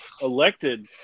elected